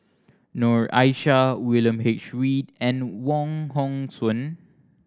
Noor Aishah William H Read and Wong Hong Suen